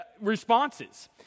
responses